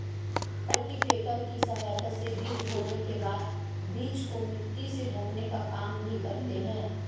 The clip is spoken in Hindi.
कल्टीपैकर की सहायता से बीज बोने के बाद बीज को मिट्टी से ढकने का काम भी करते है